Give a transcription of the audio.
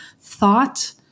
thought